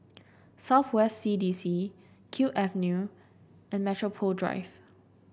South West C D C Kew Avenue and Metropole Drive